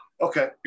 okay